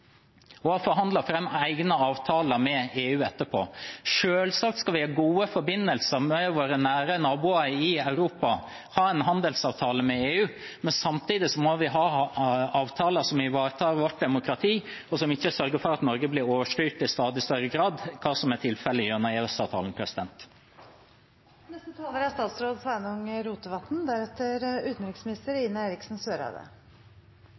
og har forhandlet fram egne avtaler med EU etterpå. Selvsagt skal vi ha gode forbindelser med våre nære naboer i Europa og ha en handelsavtale med EU, men samtidig må vi ha avtaler som ivaretar vårt demokrati, og som sørger for at Norge ikke blir overstyrt i stadig større grad – slik som er tilfellet gjennom